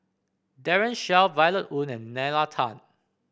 Daren Shiau Violet Oon and Nalla Tan